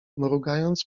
mrugając